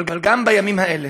גם בימים אלו